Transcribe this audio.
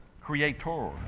creator